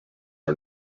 are